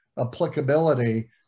applicability